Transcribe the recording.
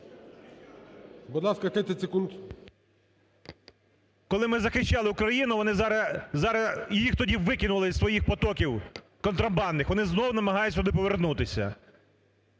Коли ми захищали Україну, їх тоді викинули із своїх потоків контрабандних, вони знову намагаються туди повернутися.